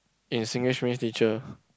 in Singlish means teacher